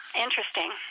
Interesting